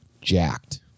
Jacked